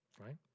Right